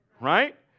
right